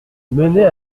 menait